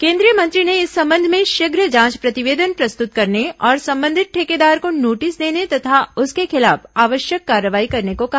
केंद्रीय मंत्री ने इस संबंध में शीघ्र जांच प्रतियेदन प्रस्तुत करने और संबंधित ठेकेदार को नोटिस देने तथा उसके खिलाफ आवश्यक कार्रवाई करने को कहा